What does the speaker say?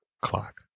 clock